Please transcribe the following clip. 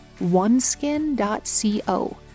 oneskin.co